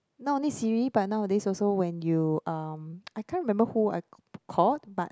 not only Siri but nowadays also when you um I can't remember who I called but